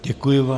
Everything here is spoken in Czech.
Děkuji vám.